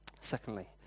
Secondly